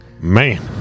Man